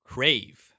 Crave